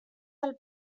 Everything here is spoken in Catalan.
del